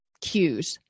cues